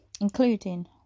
including